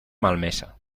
malmesa